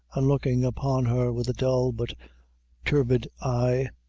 and looking upon her with a dull but turbid eye,